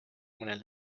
mõnele